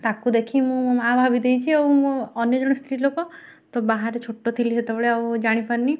ତାକୁ ଦେଖି ମୁଁ ମାଆ ଭାବିଦେଇଛି ଆଉ ମୁଁ ଅନ୍ୟ ଜଣେ ସ୍ତ୍ରୀ ଲୋକ ତ ବାହାରେ ଛୋଟ ଥିଲି ସେତେବେଳେ ଆଉ ଜାଣିପାରିନି